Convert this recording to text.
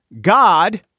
God